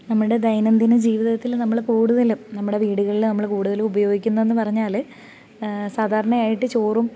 നമ്മളുടെ ദൈനംദിന ജീവിതത്തിൽ നമ്മൾ കൂടുതലും നമ്മുടെ വീടുകളിൽ നമ്മൾ കൂടുതൽ ഉപയോഗിക്കുന്നതെന്ന് പറഞ്ഞാൽ സാധാരണയായിട്ട് ചോറും